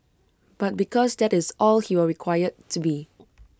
but because that is all he will required to be